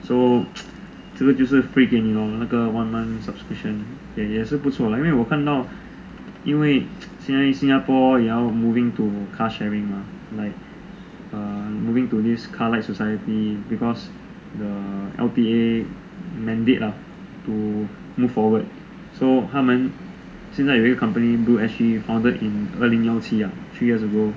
so 这个就是 free 给你 lor 那个 one month subscription 因为我看到因为现在新加坡也要 moving to car sharing mah like err moving to this car lite society because the L_T_A mandate lah to move forward so 他们现在有一个 company blue S_G founded in 二零幺七 ah three years ago